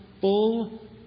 full